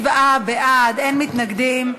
47 בעד, אין מתנגדים.